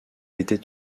était